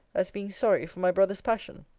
as being sorry for my brother's passion.